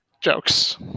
jokes